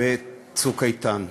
ו"צוק איתן"